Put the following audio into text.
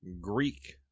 Greek